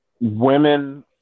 women